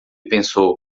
pensou